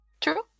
true